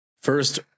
First